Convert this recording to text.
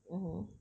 mmhmm